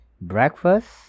breakfast